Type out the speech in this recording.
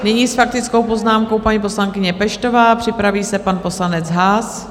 Nyní s faktickou poznámkou paní poslankyně Peštová, připraví se pan poslanec Haas.